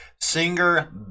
singer